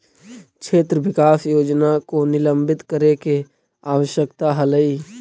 क्षेत्र विकास योजना को निलंबित करे के आवश्यकता हलइ